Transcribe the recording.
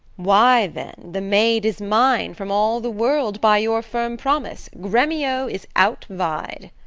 why, then the maid is mine from all the world, by your firm promise gremio is out-vied.